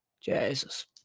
Jesus